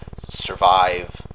survive